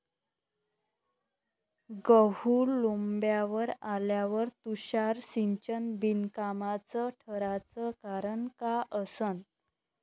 गहू लोम्बावर आल्यावर तुषार सिंचन बिनकामाचं ठराचं कारन का असन?